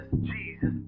Jesus